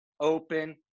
open